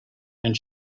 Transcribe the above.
and